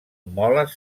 moles